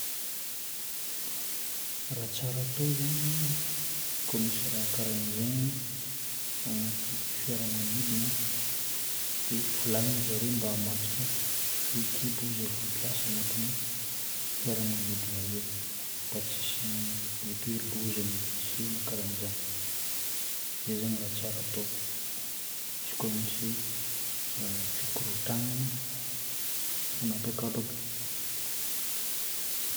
Raha tsara atô zagny koa misy raha karan'izaigny agnaty fiaramanidina dia volagnina zareo mba hamatotra fehikibo zay fampiasa agnatin'ny firamanidina io mba tsy hisian'ny mety hoe loza mety hiseho na sahala amin'izagny. Izay zagny no raha tsara atao izy koa misy fikorontagnana an'habakabaka.